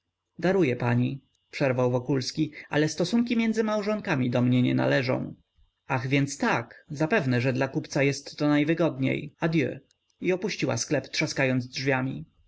daruje pani przerwał wokulski ale stosunki między małżonkami do mnie nie należą ach więc tak zapewne że dla kupca jestto najwygodniej adieu i opuściła sklep trzaskając drzwiami